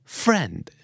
friend